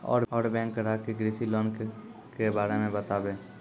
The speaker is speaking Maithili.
और बैंक ग्राहक के कृषि लोन के बारे मे बातेबे?